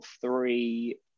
three